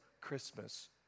Christmas